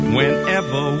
Whenever